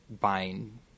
buying